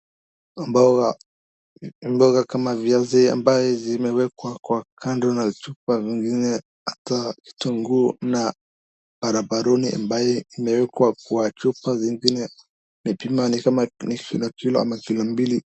Mboga, mboga kama viazi ambaye zimewekwa kwa kando na chupa zingine hata kitunguu na arabaruni ambaye imewekwa kwa chupa zingine, ni pima ni kama ni kilo ama kilo mbili.